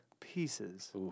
pieces